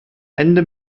ende